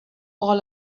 all